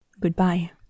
Goodbye